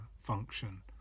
function